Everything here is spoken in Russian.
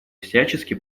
всячески